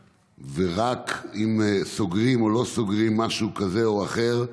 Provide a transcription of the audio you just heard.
ורק אם סוגרים או לא סוגרים משהו כזה או אחר.